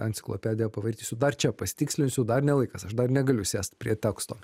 enciklopediją pavartysiu dar čia pasitikslinsiu dar ne laikas aš dar negaliu sėst prie teksto